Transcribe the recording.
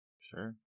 Sure